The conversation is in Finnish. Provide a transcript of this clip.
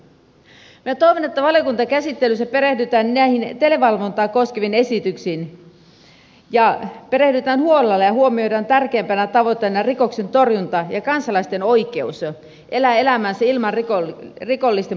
minä toivon että valiokuntakäsittelyssä perehdytään näihin televalvontaa koskeviin esityksiin ja perehdytään huolella ja huomioidaan tärkeimpänä tavoitteena rikoksen torjunta ja kansalaisten oikeus elää elämäänsä ilman rikollisten puuttumista